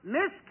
Miss